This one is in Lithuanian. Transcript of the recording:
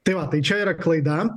tai va tai čia yra klaida